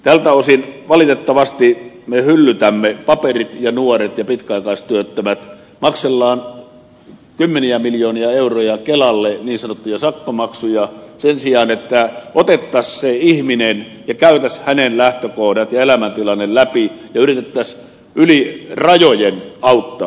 tältä osin valitettavasti me hyllytämme paperit ja nuoret ja pitkäaikaistyöttömät makselemme kymmeniä miljoonia euroja kelalle niin sanottuja sakkomaksuja sen sijaan että otettaisiin se ihminen ja käytäisiin hänen lähtökohtansa ja elämäntilanteensa läpi ja yritettäisiin yli rajojen auttaa